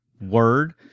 word